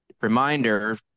reminder